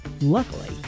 Luckily